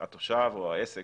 התושב או העסק